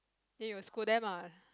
then you will scold them ah